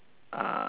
uh